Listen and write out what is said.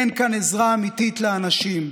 אין כאן עזרה אמיתית לאנשים.